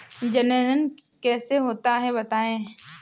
जनन कैसे होता है बताएँ?